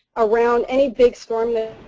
around any big storm